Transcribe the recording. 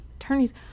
attorneys